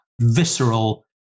visceral